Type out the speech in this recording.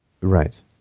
right